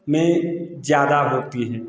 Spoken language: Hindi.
में ज़्यादा होती है